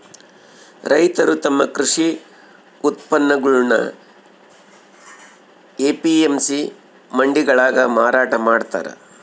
ರೈತರು ತಮ್ಮ ಕೃಷಿ ಉತ್ಪನ್ನಗುಳ್ನ ಎ.ಪಿ.ಎಂ.ಸಿ ಮಂಡಿಗಳಾಗ ಮಾರಾಟ ಮಾಡ್ತಾರ